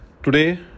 Today